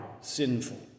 sinful